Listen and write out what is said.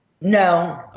No